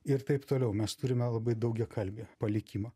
ir taip toliau mes turime labai daugiakalbį palikimą